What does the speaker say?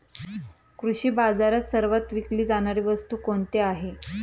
कृषी बाजारात सर्वात विकली जाणारी वस्तू कोणती आहे?